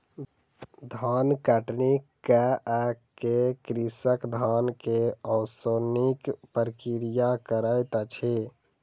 धान कटनी कअ के कृषक धान के ओसौनिक प्रक्रिया करैत अछि